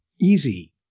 easy